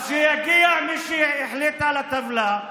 אז שיגיע מי שהחליט על הטבלה,